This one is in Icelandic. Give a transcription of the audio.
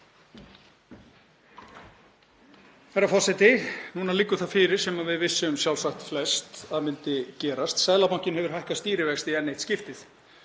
Herra forseti. Núna liggur það fyrir sem við vissum sjálfsagt flest að myndi gerast, Seðlabankinn hefur hækkað stýrivexti í enn eitt skiptið.